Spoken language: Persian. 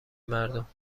مردم